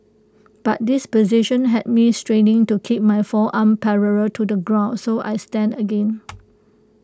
but this position had me straining to keep my forearm parallel to the ground so I stand again